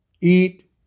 eat